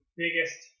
biggest